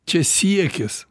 čia siekis